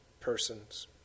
persons